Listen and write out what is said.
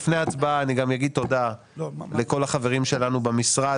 לפני ההצבעה אני גם אגיד תודה לכל החברים שלנו במשרד.